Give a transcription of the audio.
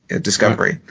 discovery